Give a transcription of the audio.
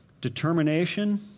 determination